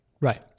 Right